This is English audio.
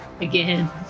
Again